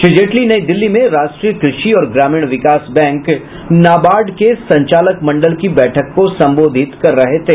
श्री जेटली नई दिल्ली में राष्ट्रीय कृषि और ग्रामीण विकास बैंक नाबार्ड के संचालक मंडल की बैठक को संबोधित कर रहे थे